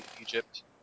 Egypt